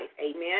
amen